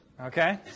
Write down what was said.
Okay